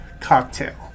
cocktail